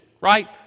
right